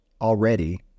already